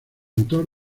motor